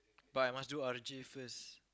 but I must do R_J first